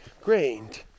grained